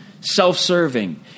self-serving